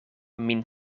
min